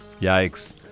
Yikes